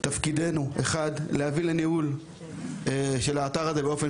תפקידנו הוא להביא לניהול של האתר הזה באופן